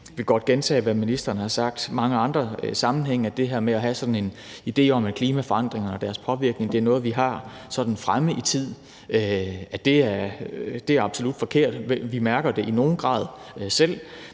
Jeg vil godt gentage, hvad ministeren har sagt i mange andre sammenhænge, nemlig at det her med at have sådan en idé om, at klimaforandringer og deres påvirkninger er noget, der ligger fremme i tid, er absolut forkert. Vi mærker det i nogen grad selv,